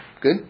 good